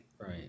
Right